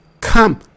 Come